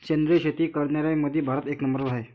सेंद्रिय शेती करनाऱ्याईमंधी भारत एक नंबरवर हाय